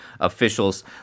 officials